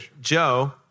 Joe